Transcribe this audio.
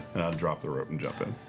drop the rope and jump in.